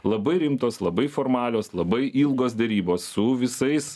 labai rimtos labai formalios labai ilgos derybos su visais